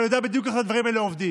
ואני יודע בדיוק איך הדברים האלה עובדים,